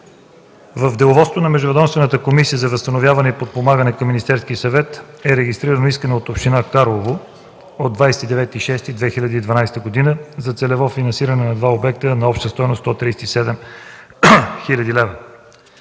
В деловодството на Междуведомствената комисия за възстановяване и подпомагане към Министерски съвет е регистрирано искане от община Карлово от 29 юни 2012 г. за целево финансиране на два обекта на обща стойност 137 хил. лв.